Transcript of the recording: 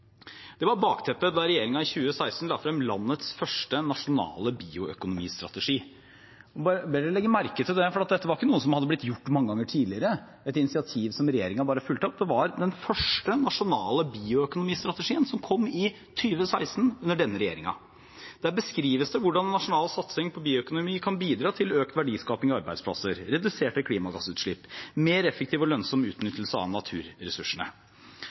Det var bakteppet da regjeringen i 2016 la frem landets første nasjonale bioøkonomistrategi. Jeg ber om at man legger merke til det, for dette var ikke noe som var blitt gjort mange ganger tidligere, et initiativ som regjeringen bare fulgte opp. Den første nasjonale bioøkonomistrategien kom i 2016 under denne regjeringen. Der beskrives det hvordan nasjonal satsing på bioøkonomi kan bidra til økt verdiskaping i arbeidsplasser, reduserte klimagassutslipp og en mer effektiv og lønnsom utnyttelse av naturressursene.